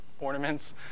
ornaments